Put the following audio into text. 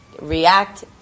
react